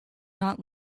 not